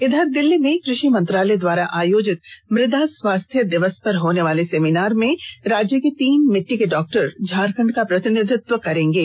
इधर दिल्ली में कृषि मंत्रालय द्वारा आयोजित मृदा स्वास्थ्य दिवस पर होने वाले सेमिनार में राज्य के तीन मिट्टी के डॉक्टर झारखंड का प्रतिनिधित्व करेंगे